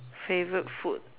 favourite food